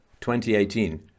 2018